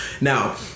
Now